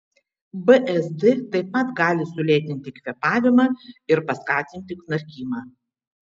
bzd taip pat gali sulėtinti kvėpavimą ir paskatinti knarkimą